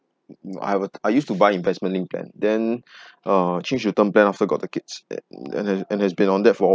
mm I wa~ I used to buy investment linked plan then uh changed to term plan after got the kids and has and has been on that for